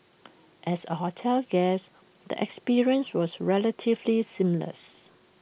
as A hotel guest the experience was relatively seamless